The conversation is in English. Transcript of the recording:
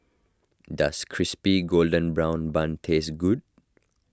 does Crispy Golden Brown Bun taste good